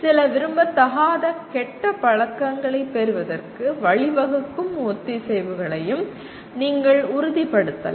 சில விரும்பத்தகாத கெட்ட பழக்கங்களைப் பெறுவதற்கு வழிவகுக்கும் ஒத்திசைவுகளையும் நீங்கள் உறுதிப்படுத்தலாம்